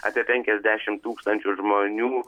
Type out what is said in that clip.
apie penkiasdešim tūkstančių žmonių